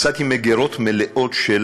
מצאתי מגירות מלאות של